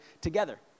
together